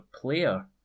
player